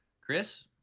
Chris